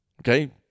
okay